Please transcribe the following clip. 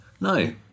No